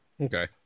Okay